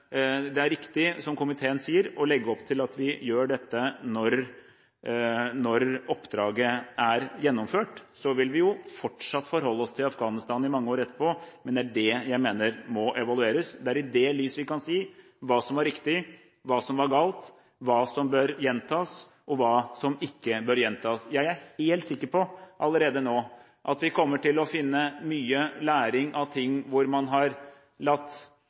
det er riktig, som komiteen sier, å legge opp til at vi gjør dette når oppdraget er gjennomført. Så vil vi fortsatt forholde oss til Afghanistan i mange år etterpå, men det er dette jeg mener må evalueres. Det er i dette lys vi kan si hva som var riktig, hva som var galt, hva som bør gjentas, og hva som ikke bør gjentas. Jeg er allerede nå helt sikker på at vi kommer til å finne mye læring i ting hvor man har